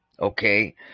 okay